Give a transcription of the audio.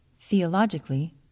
Theologically